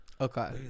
Okay